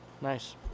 Nice